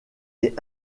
est